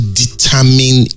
determine